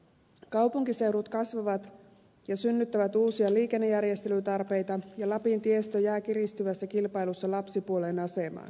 kaupunkiseudut kasvavat ja synnyttävät uusia liikennejärjestelytarpeita ja lapin tiestö jää kiristyvässä kilpailussa lapsipuolen asemaan